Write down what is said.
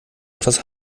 etwas